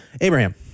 Abraham